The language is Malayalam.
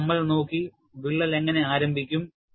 പിന്നെ നമ്മൾ നോക്കി വിള്ളൽ എങ്ങനെ ആരംഭിക്കും